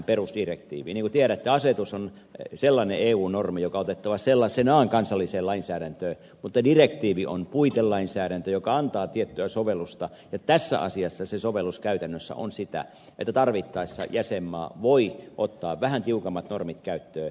niin kuin tiedätte asetus on sellainen eu normi joka on otettava sellaisenaan kansalliseen lainsäädäntöön mutta direktiivi on puitelainsäädäntö joka sallii tiettyä sovellusta ja tässä asiassa se sovellus käytännössä on sitä että tarvittaessa jäsenmaa voi ottaa vähän tiukemmat normit käyttöön